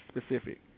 specific